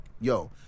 yo